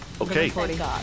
Okay